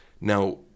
Now